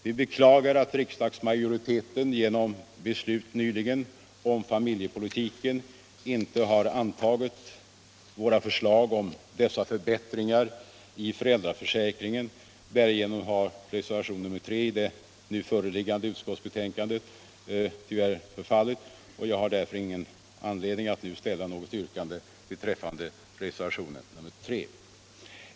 Vi beklagar att riksdagsmajoriteten genom beslutet nyligen om familjepolitiken inte har antagit våra förslag om dessa förbättringar i föräldraförsäkringen. Därigenom har reservationen 3 i det nu föreliggande utskottsbetänkandet tyvärr förfallit, och jag har därför inte anledning att nu ställa något yrkande beträffande denna reservation.